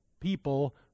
people